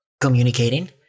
communicating